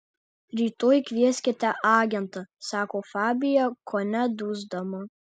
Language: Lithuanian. rytoj kvieskite agentą sako fabija kone dusdama